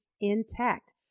intact